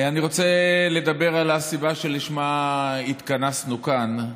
אני רוצה לדבר על הסיבה שלשמה התכנסנו כאן: